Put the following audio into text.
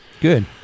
good